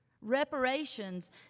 Reparations